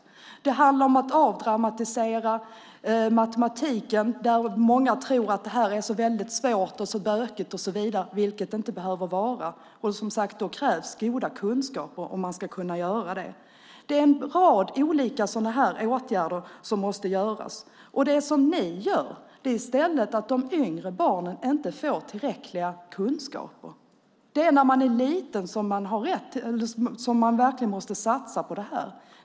Det handlar om att avdramatisera matematiken. Många tror att det är så väldigt svårt och bökigt, vilket det inte behöver vara. Det krävs som sagt goda kunskaper om man ska kunna göra det. Det är en rad olika sådana här åtgärder som måste vidtas. Ni gör i stället så att de yngre barnen inte får tillräckliga kunskaper. Det är när barnen är små som man verkligen måste satsa på det här.